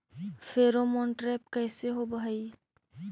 Pheromone trap कैसे होब हई?